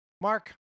Mark